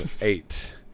Eight